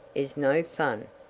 is no fun.